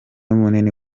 munini